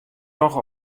noch